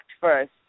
first